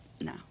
no